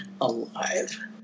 alive